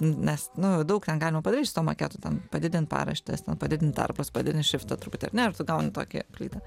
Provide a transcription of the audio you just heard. nes nu daug ten galima padaryt su šituo maketu ten padidint paraštes ten padidint tarpus padidint šriftą truputį ar ne ar tu gauni tokią plytą